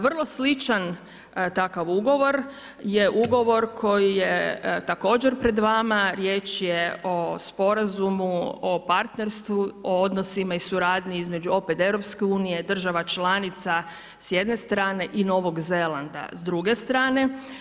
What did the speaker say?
Vrlo sličan takav ugovor je ugovor koji je također pred vama, riječ je o sporazumu o partnerstvu o odnosima i suradnji između opet EU-a, država članica s jedne strane i Novog Zelanda s druge strane.